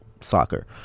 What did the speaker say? soccer